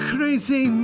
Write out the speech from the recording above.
Crazy